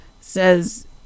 says